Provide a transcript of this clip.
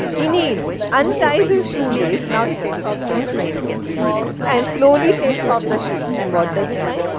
he kneels and ties his shoe lace. now, he takes off the other shoe and slowly takes off the shoe and what does he find?